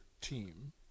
team